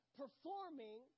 performing